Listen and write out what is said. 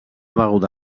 beguda